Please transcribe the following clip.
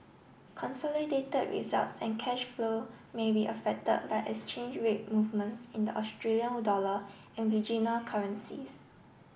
consolidated results and cash flow may be affected by exchange rate movements in the Australian dollar and regional currencies